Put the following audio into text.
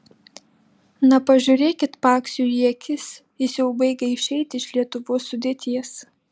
na pažiūrėkit paksiui į akis jis jau baigia išeiti iš lietuvos sudėties